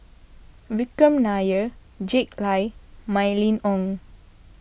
Vikram Nair Jack Lai and Mylene Ong